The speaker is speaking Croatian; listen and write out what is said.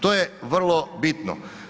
To je vrlo bitno.